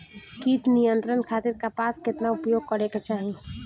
कीट नियंत्रण खातिर कपास केतना उपयोग करे के चाहीं?